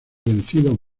vencidos